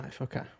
Okay